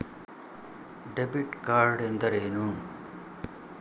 Debit card ಎಂದರೇನು?